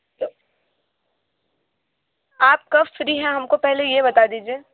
तो आप कब फ़्री हैं हम को पहले ये बता दीजिए